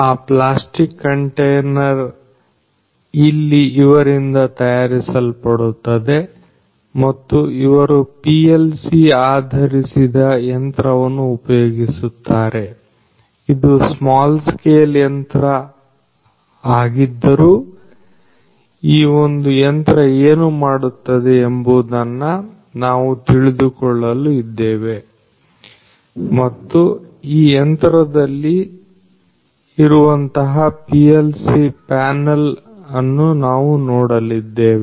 ಆ plastic container ಇಲ್ಲಿ ಇವರಿಂದ ತಯಾರಿಸಲ್ಪಡುತ್ತವೆ ಮತ್ತು ಇವರು PLC ಆಧರಿಸಿದ ಯಂತ್ರವನ್ನು ಉಪಯೋಗಿಸುತ್ತಾರೆ ಇದು ಸ್ಮಾಲ್ ಸ್ಕೇಲ್ ಯಂತ್ರ ಹಾಗಿದ್ದರೂ ಈ ಒಂದು ಯಂತ್ರ ಏನು ಮಾಡುತ್ತದೆ ಎಂಬುದನ್ನು ನಾವು ತಿಳಿದುಕೊಳ್ಳಲು ಇದ್ದೇವೆ ಮತ್ತು ಈ ಯಂತ್ರದಲ್ಲಿ ಇರುವಂತಹ PLC ಪ್ಯಾನಲ್ ಅನ್ನು ನಾವು ನೋಡಲಿದ್ದೇವೆ